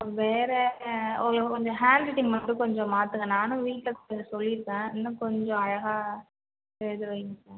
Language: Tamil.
வேறு அவளுக்கு கொஞ்சம் ஹேண்ட்ரைட்டிங் மட்டும் கொஞ்சம் மாற்றுங்க நானும் வீட்டில் கொஞ்சம் சொல்லிருக்கேன் இன்னும் கொஞ்சம் அழகாக எழுத வைங்க மேம்